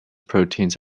proteins